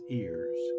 ears